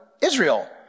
Israel